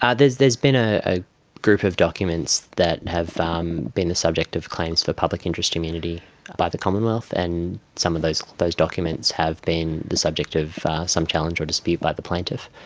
ah there has been a ah group of documents that have um been the subject of claims for public interest immunity by the commonwealth, and some of those those documents have been the subject of some challenge or dispute by the plaintiff.